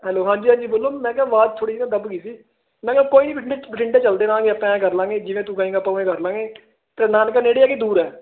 hello ਹਾਂਜੀ ਹਾਂਜੀ ਬੋਲੋ ਮੈਂ ਕਿਹਾ ਆਵਾਜ਼ ਥੋੜ੍ਹੀ ਜਿਹੀ ਨਾ ਦੱਬ ਗਈ ਸੀ ਮੈਂ ਕਿਹਾ ਕੋਈ ਨਹੀਂ ਬਿੰਡੇ ਬਠਿੰਡੇ ਚਲਦੇ ਰਹਾਂਗੇ ਆਪਾਂ ਐਂ ਕਰ ਲਵਾਂਗੇ ਜਿਵੇਂ ਤੂੰ ਕਹੇਗਾ ਆਪਾਂ ਉਵੇਂ ਕਰ ਲਵਾਂਗੇ ਅਤੇ ਨਾਨਕਾ ਨੇੜੇ ਆ ਕਿ ਦੂਰ ਹੈ